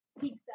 Pizza